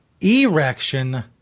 erection